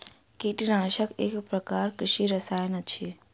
कीटनाशक एक प्रकारक कृषि रसायन अछि